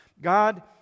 God